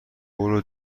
برو